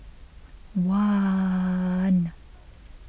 one